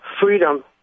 freedom